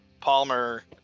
Palmer